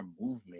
movement